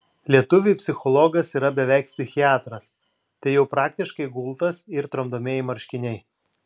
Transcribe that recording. lietuviui psichologas yra beveik psichiatras tai jau praktiškai gultas ir tramdomieji marškiniai